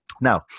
Now